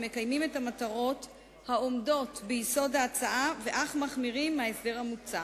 המקיימים את המטרות העומדות ביסוד ההצעה ואף מחמירים מההסדר המוצע.